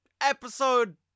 episode